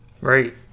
Right